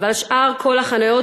אבל שאר כל החניות,